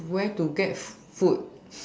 where to get food